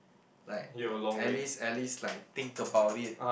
like uh at least at least like think about it